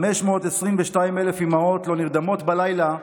522,000 אימהות לא נרדמות בלילה,